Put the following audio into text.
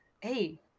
hey